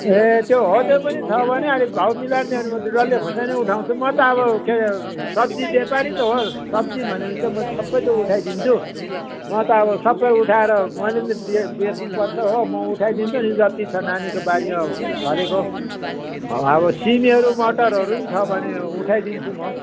ए त्यो हो त्यो पनि छ भने अलिक भाउ मिलाएर ल्याउनुपर्छ डल्ले खोर्सानी उठाउँछु म त अब के अरे सब्जी व्यापारी त हो सब्जी भनेपछि म सबै थोक उठाइदिन्छु म त अब सबै उठाएर मैले पनि त बेच्नुपर्छ हो म उठाइदिन्छु अनि जत्ति छ नानीको बारीमा फलेको अब सिमीहरू मटरहरू पनि छ भने उठाइदिन्छु म